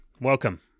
welcome